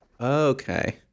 okay